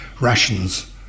rations